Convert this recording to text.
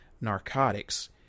narcotics